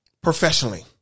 Professionally